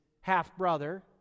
half-brother